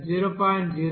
01